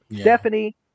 Stephanie